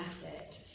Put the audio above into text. asset